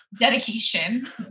Dedication